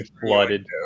flooded